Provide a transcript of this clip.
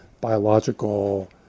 biological